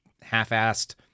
half-assed